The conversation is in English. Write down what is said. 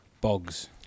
bogs